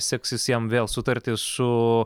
seksis jam vėl sutarti su